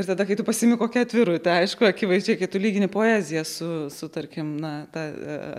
ir tada kai tu pasiimi kokią atvirutę aišku akivaizdžiai kai tu lygini poeziją su su tarkim na ta